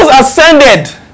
ascended